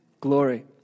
glory